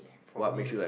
for me